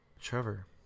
Trevor